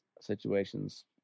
situations